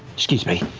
excuse me.